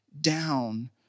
down